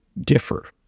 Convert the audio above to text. differ